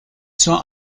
zur